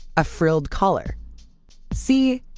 a frilled collar c.